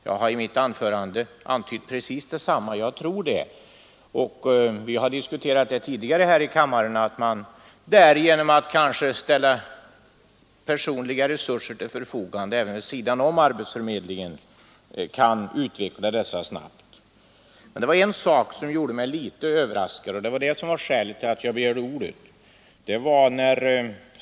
Jag har i mitt anförande antytt precis detsamma. Vi har tidigare här i kammaren diskuterat att man kanske genom att ställa personliga resurser till förfogande även vid sidan om arbetsförmedlingen kan utveckla dessa snabbt. Men en sak gjorde mig litet förvånad och föranledde mig att begära ordet.